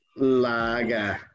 Laga